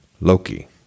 Loki